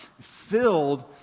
filled